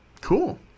Cool